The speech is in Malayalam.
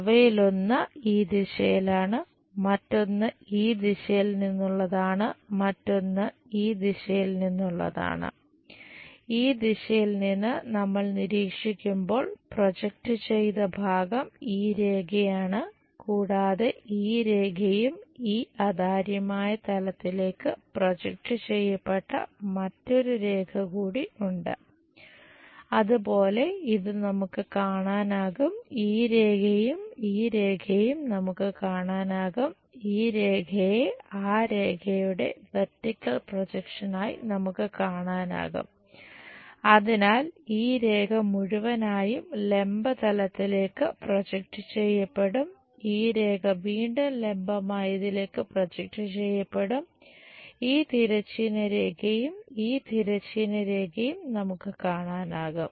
അവയിലൊന്ന് ഈ ദിശയിലാണ് മറ്റൊന്ന് ഈ ദിശയിൽ നിന്നുള്ളതാണ് മറ്റൊന്ന് ഈ ദിശയിൽ നിന്നുള്ളതാണ് ഈ ദിശയിൽ നിന്ന് നമ്മൾ നിരീക്ഷിക്കുമ്പോൾ പ്രൊജക്റ്റ് ചെയ്യപ്പെടും ഈ തിരശ്ചീന രേഖയും ഈ തിരശ്ചീന രേഖയും നമുക്ക് കാണാനാകും